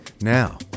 Now